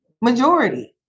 majority